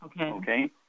Okay